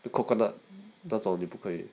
the coconut 那种就你不可以